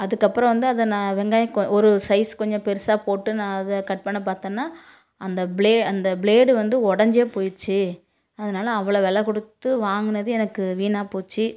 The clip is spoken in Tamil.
அதுக்கப்பறம் வந்து அதை நான் வெங்காயம் ஒரு சைஸ் கொஞ்சம் பெருசாக போட்டு நான் அதை கட் பண்ண பாத்தோனா அந்த ப்ளேட் அந்த ப்ளேடு வந்து ஒடைஞ்சே போச்சு அதனால அவ்வளோ வெலை கொடுத்து வாங்கினது எனக்கு வீணாகப் போச்சு